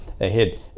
ahead